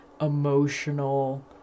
emotional